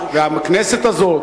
הכנסת הזאת,